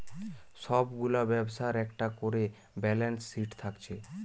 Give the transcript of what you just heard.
সব গুলা ব্যবসার একটা কোরে ব্যালান্স শিট থাকছে